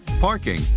parking